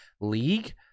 league